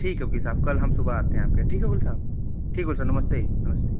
ठीक है वकील साहब कल हम सुबहा आते हैं आपके ठीक है वकील साहब ठीक है वकील साहब नमस्ते नमस्ते